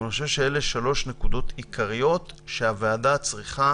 אני חושב שאלה שלוש נקודות עיקריות שהוועדה צריכה